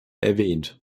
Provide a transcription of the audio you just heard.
erwähnt